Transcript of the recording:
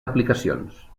aplicacions